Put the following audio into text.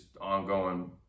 ongoing